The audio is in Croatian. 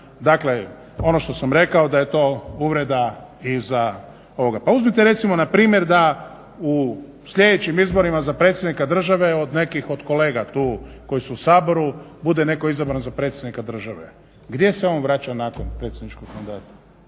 dakle ono što sam rekao da je to uvreda i za ovoga. Pa uzmite recimo npr. da u sljedećim izborima za predsjednika države od nekih od kolega tu koji su u Saboru bude netko izabran za predsjednika države. Gdje se on vraća nakon predsjedničkog mandata?